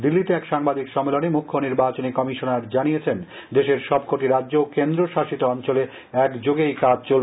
দিল্লিতে এক সাংবাদিক সম্মেলনে মুখ্য নির্বাচনী কমিশনার জানিয়েছেন দেশের সব কটি রাজ্য ও কেন্দ্র শাসিত অঞ্চলে এক যোগে এই কাজ চলবে